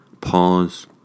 Pause